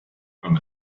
from